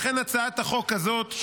לכן הצעת החוק הזאת,